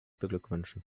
beglückwünschen